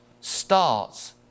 starts